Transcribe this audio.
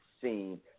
seen